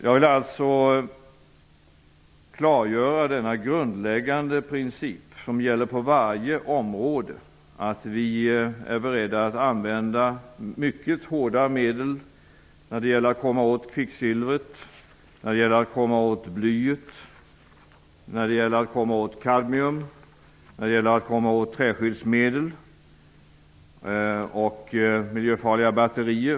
Jag vill alltså klargöra denna grundläggande princip, som gäller på varje område: Vi är beredda att använda mycket hårda medel när det gäller att komma åt kvicksilvret, när det gäller att komma åt blyet och när det gäller att komma åt kadmium, liksom när det gäller att komma åt träskyddsmedel och -- självklart -- miljöfarliga batterier.